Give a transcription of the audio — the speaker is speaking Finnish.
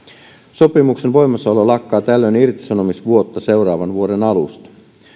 sopimuksen voimassaolo lakkaa tällöin irtisanomisvuotta seuraavan vuoden alusta